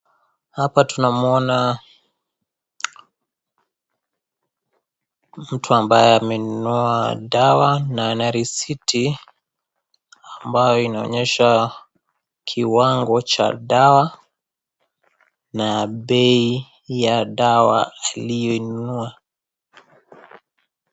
Hapa tunamuona mtu ambaye amenunua dawa na ana risiti ambayo inaonyesha kiwango cha dawa na bei ya dawa aliyo inunua.